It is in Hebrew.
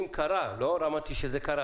אם קרה לא אמרתי שזה קרה,